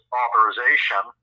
authorization